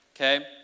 Okay